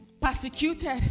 persecuted